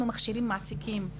אנחנו מכשירים מעסיקים,